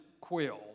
quill